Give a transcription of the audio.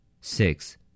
six